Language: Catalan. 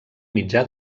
mitjà